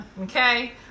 Okay